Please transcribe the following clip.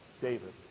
David